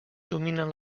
dominen